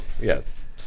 Yes